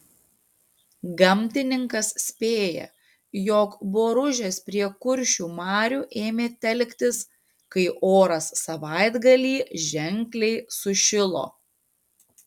gamtininkas spėja jog boružės prie kuršių marių ėmė telktis kai oras savaitgalį ženkliai sušilo